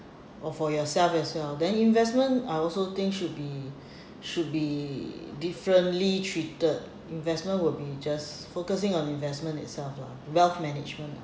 or for yourself as well then investment I also think should be should be differently treated investment will be just focusing on investment itself lah wealth management